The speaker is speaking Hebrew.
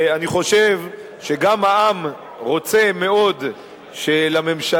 אני חושב שגם העם רוצה מאוד שלממשלה